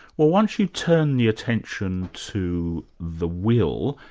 well once you turn the attention to the will,